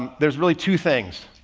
and there's really two things.